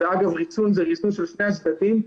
ואגב ריסון זה של שני הצדדים,